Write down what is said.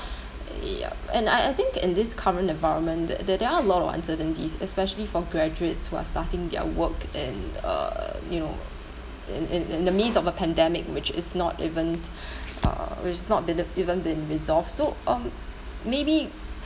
yeah and I I think in this current environment there there are a lot of uncertainties especially for graduates who are starting their work and uh you know in in in the midst of a pandemic which is not even uh which is not even been resolved so um maybe